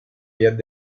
ellas